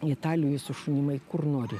italijoj su šunim eik kur nori